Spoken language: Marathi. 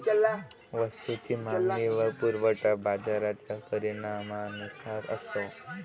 वस्तूची मागणी व पुरवठा बाजाराच्या परिणामानुसार असतो